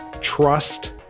trust